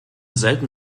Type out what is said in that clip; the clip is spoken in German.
selten